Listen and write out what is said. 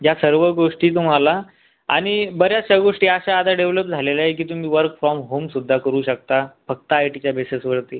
ज्या सर्व गोष्टी तुम्हाला आणि बऱ्याचशा गोष्टी अशा आता डेव्हलप झालेल्या आहेत की तुम्ही वर्क फ्रॉम होमसुद्धा करू शकता फक्त आय टीच्या बेसेसवरती